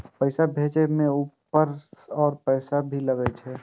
पैसा भेजे में ऊपर से और पैसा भी लगे छै?